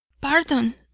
Pardon